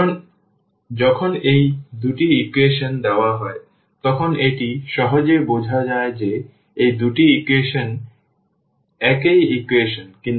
কারণ যখন এই দুটি ইকুয়েশন দেওয়া হয় তখন এটি সহজেই বোঝা যায় যে এই দুটি ইকুয়েশন একই ইকুয়েশন